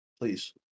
Please